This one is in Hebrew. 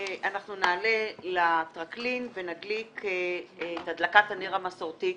אנחנו נעלה לטרקלין ונדליק את הדלקת הנר המסורתית